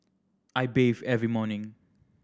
I bathe every morning